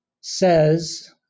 says